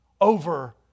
over